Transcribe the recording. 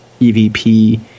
EVP